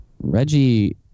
Reggie